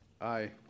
Aye